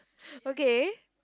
okay